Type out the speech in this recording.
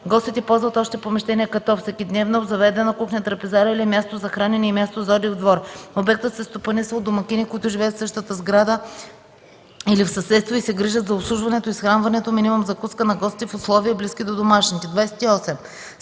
Гостите ползват общи помещения, като: всекидневна, обзаведена кухня, трапезария или място за хранене и място за отдих в двора. Обектът се стопанисва от домакини, които живеят в същата сграда или в съседство и се грижат за обслужването и изхранването (минимум закуска) на гостите, в условия близки до домашните. 28.